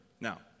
now